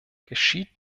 geschieht